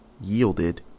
yielded